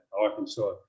Arkansas